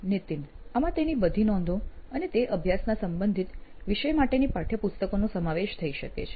નીતિન આમાં તેની બધી નોંધો અને તે અભ્યાસના સંબંધિત વિષય માટેની પાઠયપુસ્તકોનો સમાવેશ થઈ શકે છે